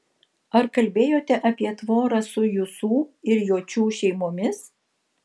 ar kalbėjote apie tvorą su jusų ir jočių šeimomis